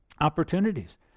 opportunities